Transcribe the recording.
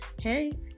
Hey